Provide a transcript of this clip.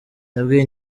yabwiye